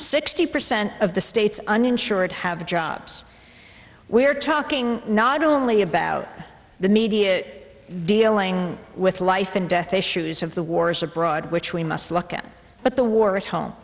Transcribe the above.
sixty percent of the state's uninsured have jobs we're talking not only about the media dealing with life and death issues of the wars abroad which we must look at but the war at home